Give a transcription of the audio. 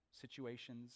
situations